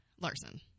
Larson